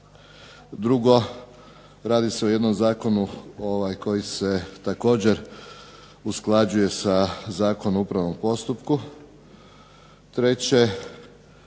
Drugo, radi se o jednom zakonu koji se također usklađuje sa Zakonom o upravnom postupku. Treće,